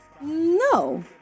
No